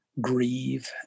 grieve